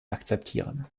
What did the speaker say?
akzeptieren